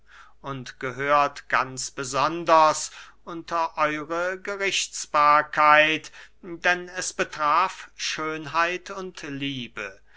und gehört ganz besonders unter euere gerichtsbarkeit denn es betraf schönheit und liebe